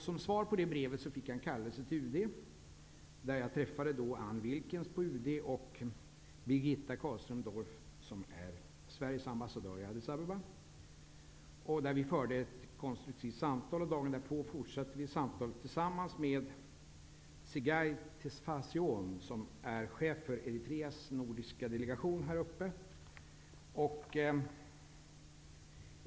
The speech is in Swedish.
Som svar på det brevet fick jag en kallelse till UD, där jag träffade Ann Wilkens, UD, och Birgitta Karlström-Dorph, Sveriges ambassadör i Addis Abeba. Vi förde ett konstruktivt samtal. Dagen därpå fortsatte vi samtalet tillsammans med Tseggai Tasfazion, som är chef för Eritreas nordiska delegation här uppe.